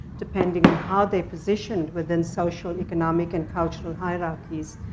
depending on how they're positioned within social, economic, and cultural hierarchies,